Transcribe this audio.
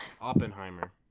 Oppenheimer